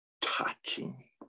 touching